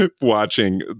watching